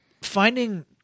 Finding